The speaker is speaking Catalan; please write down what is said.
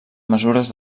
mesures